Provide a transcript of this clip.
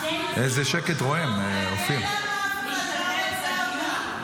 אחמד, בישיבה, בישיבה, ככה שלא יחשבו שזו הפגנה.